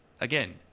Again